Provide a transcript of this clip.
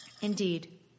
Indeed